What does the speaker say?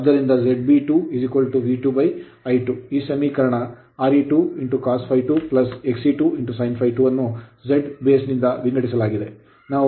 ಆದ್ದರಿಂದ ಈ ಸಮೀಕರಣ Re2 cos ∅2 Xe2 sin ∅2 ಅನ್ನು ZB ನಿಂದ ವಿಂಗಡಿಸಲಾಗಿದೆ ನಾವು V2I2 ZB ಬರೆಯಬಹುದು